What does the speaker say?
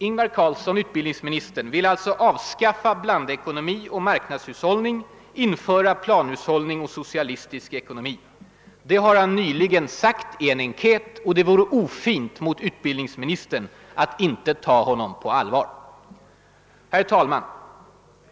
Ingvar Carlsson vill alltså avskaffa blandekonomi och marknadshushållning, införa planhushållning och socialistisk ekonomi. Det har han nyligen sagt i en enkät —- och det vore ofint mot utbildningsministern att inte ta honom på allvar. Herr talman!